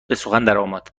درآمد